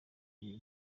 ibi